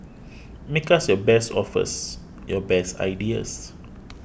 make us your best offers your best ideas